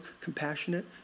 compassionate